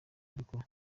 ariko